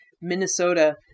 minnesota